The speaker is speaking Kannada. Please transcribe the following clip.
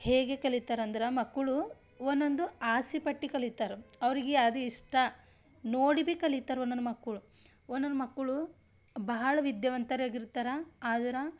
ಹೇಗೆ ಕಲಿತಾರೆ ಅಂದ್ರೆ ಮಕ್ಕಳು ಒಂದೊಂದು ಆಸೆಪಟ್ಟು ಕಲಿತಾರೆ ಅವ್ರಿಗೆ ಅದು ಇಷ್ಟ ನೋಡಿ ಭಿ ಕಲಿತಾರೆ ಒಂದೊಂದು ಮಕ್ಕಳು ಒಂದೊಂದು ಮಕ್ಕಳು ಬಹಳ ವಿದ್ಯಾವಂತರು ಆಗಿರ್ತಾರ ಆದ್ರೆ